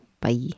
Bye